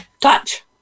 Touch